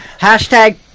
Hashtag